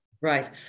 Right